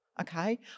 okay